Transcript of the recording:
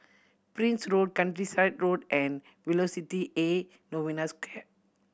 Prince Road Countryside Road and Velocity A Novena Square